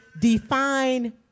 define